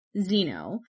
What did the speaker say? Zeno